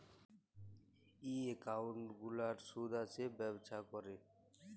ই account গুলার সুদ আসে ব্যবছা ক্যরে